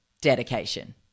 dedication